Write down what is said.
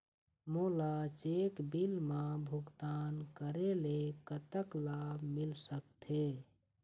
मोला cheque bill मा भुगतान करेले कतक लाभ मिल सकथे?